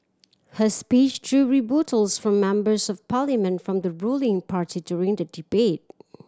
her speech drew rebuttals from Members of Parliament from the ruling party during the debate